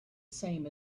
same